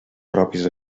propis